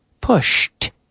PUSHED